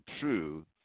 true